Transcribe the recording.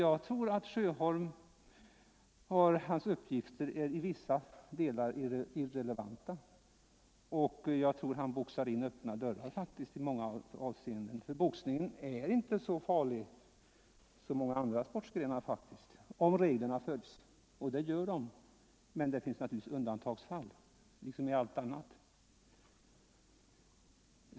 Jag tror därför att herr Sjöholms uppgifter till vissa delar är irrelevanta och i många avseenden att han faktiskt boxar in öppna dörrar. Boxningen är inte så farlig som många andra idrottsgrenar om man följer reglerna, och det gör man. Men det finns naturligtvis undantagsfall liksom i allt annat.